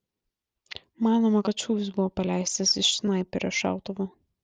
manoma kad šūvis buvo paleistas iš snaiperio šautuvo